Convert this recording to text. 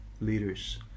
leaders